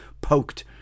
poked